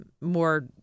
more